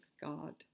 God